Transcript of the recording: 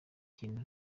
kintu